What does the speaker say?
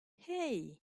hey